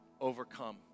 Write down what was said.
overcome